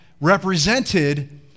represented